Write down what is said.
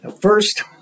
First